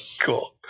cool